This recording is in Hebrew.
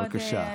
בבקשה.